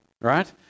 right